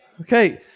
Okay